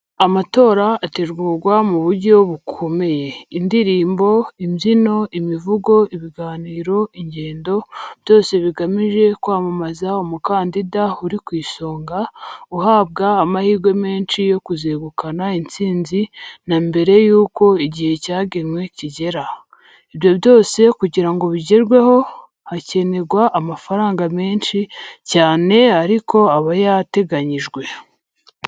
Amatora ategurwa mu buryo bukomeye: indirimbo, imbyino, imivugo, ibiganiro, ingendo, byose bigamije kwamamaza umukandida uri ku isonga, uhabwa amahirwe menshi yo kuzegukana intsinzi na mbere y'uko igihe cyagenwe kigera. Ibyo byose kugira ngo bigerweho, hakenerwa amafaranga menshi cyane ariko aba yarateganyijwe.